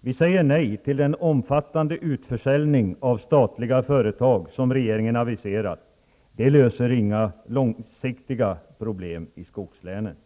Vi säger nej till den omfattande utförsäljning av statliga företag som regeringen aviserat -- det löser inga långsiktiga problem i skogslänen.